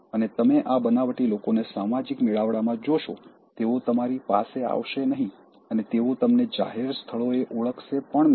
અને તમે આ બનાવટી લોકોને સામાજિક મેળાવડામાં જોશો તેઓ તમારી પાસે આવશે નહીં અને તેઓ તમને જાહેર સ્થળોએ ઓળખશે પણ નહીં